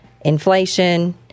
inflation